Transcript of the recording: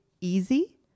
easy